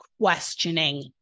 questioning